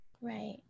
right